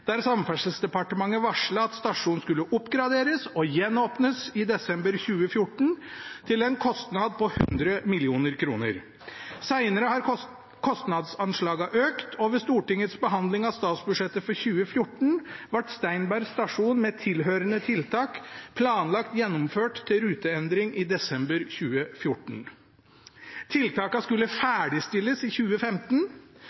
der Samferdselsdepartementet varslet at stasjonen skulle oppgraderes og gjenåpnes i desember 2014, til en kostnad på 100 mill. kr. Senere har kostnadsanslagene økt, og ved Stortingets behandling av statsbudsjettet for 2014 ble Steinberg stasjon med tilhørende tiltak planlagt gjennomført til ruteendring i desember 2014. Tiltakene skulle